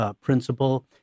principle